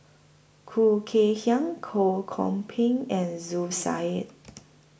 Khoo Kay Hian Ho Kwon Ping and Zu Said